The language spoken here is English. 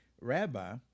Rabbi